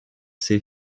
s’est